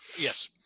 yes